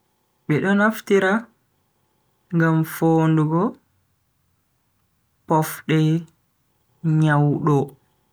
Bedo naftira ngam fondugo pofde nyawdo.